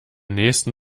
nächsten